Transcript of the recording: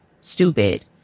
stupid